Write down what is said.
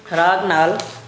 ਰਾਗ ਨਾਲ